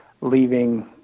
leaving